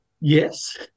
yes